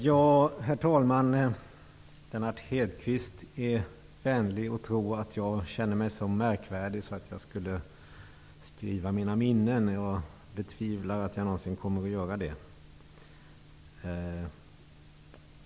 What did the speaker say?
Herr talman! Lennart Hedquist är vänlig nog att tro att jag känner mig så märkvärdig att jag skulle skriva mina minnen. Jag betvivlar att jag någonsin kommer att göra det.